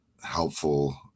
helpful